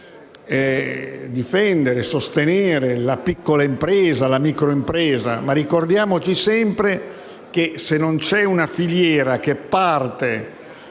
difendere e sostenere la piccola e la microimpresa. Ma ricordiamo sempre che, se non c'è una filiera che parte